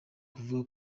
kuvuga